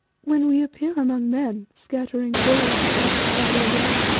when we appear among men, scattering gold to satisfy their want,